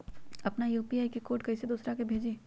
अपना यू.पी.आई के कोड कईसे दूसरा के भेजी?